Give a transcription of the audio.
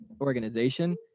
organization